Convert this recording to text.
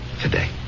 today